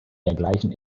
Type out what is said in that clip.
dergleichen